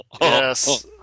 yes